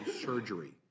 surgery